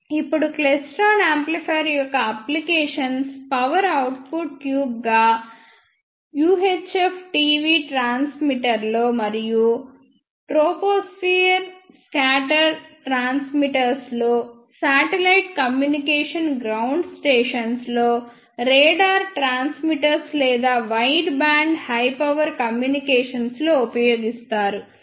ఇప్పుడు klystron amplifiers యొక్క applications power output tubes గా UHF TV ట్రాన్స్మిటర్స్ లో మరియు ట్రోపోస్ఫిర్ స్కాటర్ ట్రాన్స్మిటర్స్ లో శాటిలైట్ కమ్యూనికేషన్ గ్రౌండ్ స్టేషన్స్ లో రాడార్ ట్రాన్స్మిటర్స్ లేదా wide band high power communications లో ఉపయోగిస్తారు